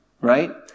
right